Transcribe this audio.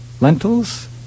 lentils